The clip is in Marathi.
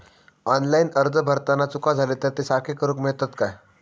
ऑनलाइन अर्ज भरताना चुका जाले तर ते सारके करुक मेळतत काय?